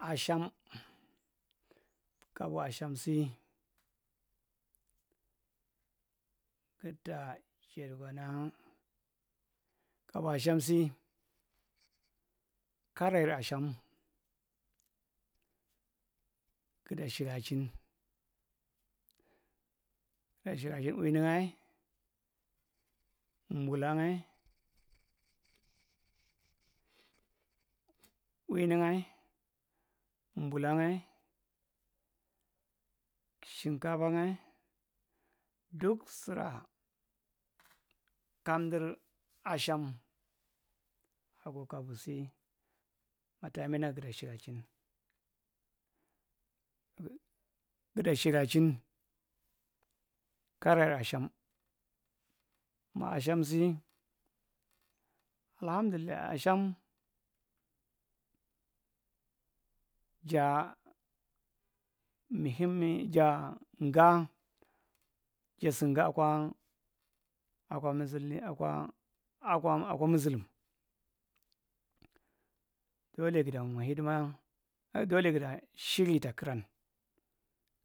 Asham kabu asham si guda jaddi kana kabu asham si kabar asham guda shira chin guda shiraa chin winin’ ngyae, mbula’ ngyae, shinkafa ngyae, duk sura kamdir nag guda shira chi guda shira chin karer asham ma asham si alahandullai ashamm ja’a muhimmi jaang jasingha akwa musilli akwaa akwa akwa musulum ɗole gidamwa hidimi a ɗole guda shiri takiran